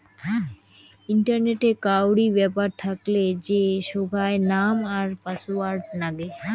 ইন্টারনেটে কাউরি ব্যাপার থাকলে যে সোগায় নাম আর পাসওয়ার্ড নাগে